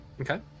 Okay